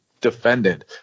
defended